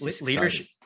Leadership